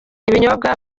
ibinyobwa